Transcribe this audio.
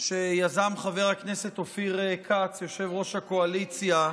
שיזם חבר הכנסת אופיר כץ, יושב-ראש הקואליציה.